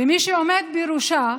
ומי שעומד בראשה,